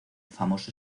famoso